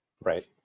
Right